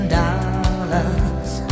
dollars